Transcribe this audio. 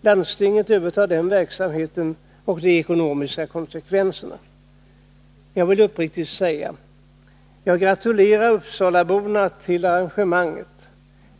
Landstinget övertar den verksamheten och ansvaret för de ekonomiska konsekvenserna. 143 Jag vill uppriktigt säga att jag gratulerar uppsalaborna till arrangemanget.